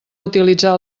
utilitzar